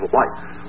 life